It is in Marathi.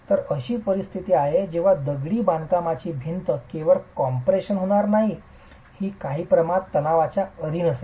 तर अशी परिस्थिती आहे जेव्हा दगडी बांधकामाची भिंत केवळ कॉम्प्रेशन होणार नाही ही काही प्रमाणात तणावाच्या अधीन असेल